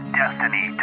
destiny